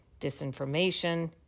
disinformation